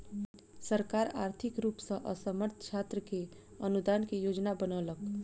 सरकार आर्थिक रूप सॅ असमर्थ छात्र के अनुदान के योजना बनौलक